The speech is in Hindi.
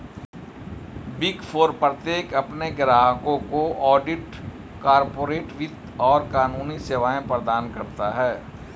बिग फोर प्रत्येक अपने ग्राहकों को ऑडिट, कॉर्पोरेट वित्त और कानूनी सेवाएं प्रदान करता है